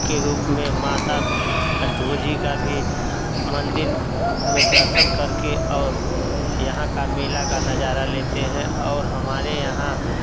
के रूप में माता अष्टभुजी का भी मंदिर में दर्शन करके और यहाँ का मेला का नज़ारा लेते हैं और हमारे यहाँ